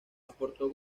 aportó